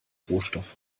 rohstoffe